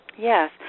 Yes